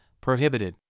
prohibited